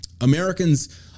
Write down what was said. Americans